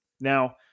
Now